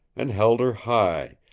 and held her high,